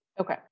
Okay